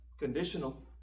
conditional